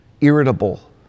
irritable